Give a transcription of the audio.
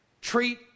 treat